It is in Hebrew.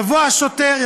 יבוא השוטר,